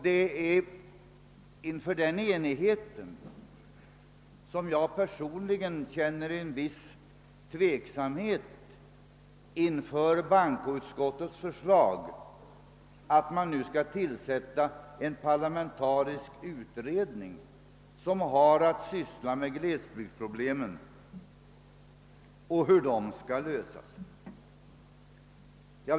På grund av den enigheten känner jag personligen en viss tveksamhet inför bankoutskottets förslag att det nu skall tillsättas en parlamentarisk utredning som skall syssla med glesbygdsproblemen och deras lösning.